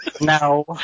No